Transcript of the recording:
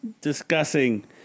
discussing